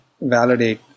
validate